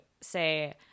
say